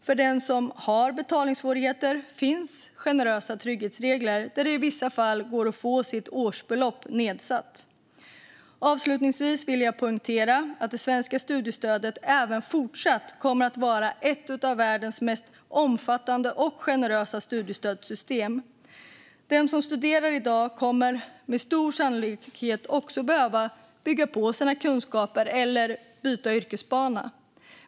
För den som har betalningssvårigheter finns generösa trygghetsregler där det i vissa fall går att få sitt årsbelopp nedsatt. Avslutningsvis vill jag poängtera att det svenska studiestödet även fortsatt kommer att vara ett av världens mest omfattande och generösa studiestödssystem. De som studerar i dag kommer med stor sannolikhet också att behöva bygga på sina kunskaper eller byta yrkesbana.